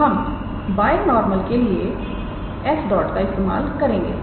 तो हम बायनॉर्मल के लिए 𝑠̇ का इस्तेमाल करेंगे